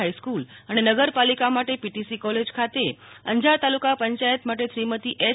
high school અને નગરપાલિકા માટે પીટીસી કોલેજ ખાતે અંજાર તાલુકા પંચાયત માટે શ્રીમતી એય